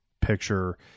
picture